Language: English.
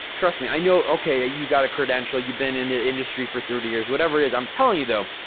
trust me, i know, okay, you got a credential, you been in the industry for thirty years, whatever it is. i'm telling you, though,